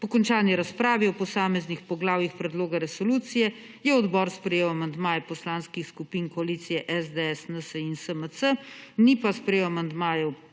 Po končani razpravi o posameznih poglavij predloga resolucije, je odbor sprejel amandmaje Poslanskih skupin koalicije SDS, NSi in SMC, ni pa sprejel amandmajev